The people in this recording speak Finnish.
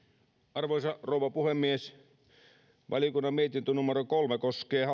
arvoisa rouva puhemies valiokunnan mietintö numero kolme koskee